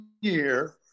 year